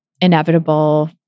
inevitable